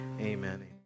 Amen